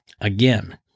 again